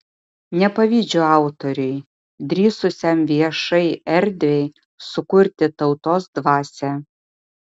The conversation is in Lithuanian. nepavydžiu autoriui drįsusiam viešai erdvei sukurti tautos dvasią